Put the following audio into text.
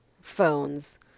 phones